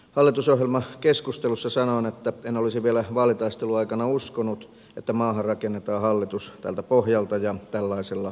hallitusohjelmakeskustelussa sanoin että en olisi vielä vaalitaistelun aikana uskonut että maahan rakennetaan hallitus tältä pohjalta ja tällaisella ohjelmalla